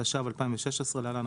התשע"ו-2016 (להלן,